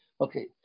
Okay